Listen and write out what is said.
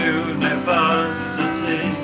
university